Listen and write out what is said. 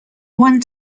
one